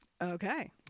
okay